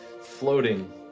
floating